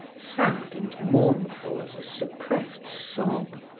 sad and mournful as a suppressed sob,